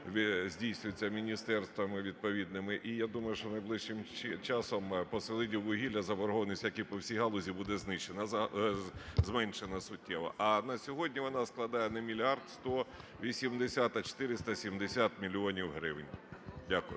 здійснюються міністерствами відповідними. І я думаю, що найближчим часом по "Селидіввугілля" заборгованість, як і по всій галузі, буде зменшена суттєво. А на сьогодні вона складає не 1 мільярд 180, а 470 мільйонів гривень. Дякую.